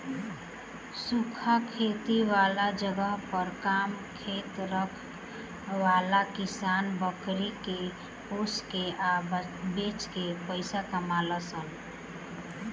सूखा खेती वाला जगह पर कम खेत रखे वाला किसान बकरी के पोसे के आ बेच के पइसा कमालन सन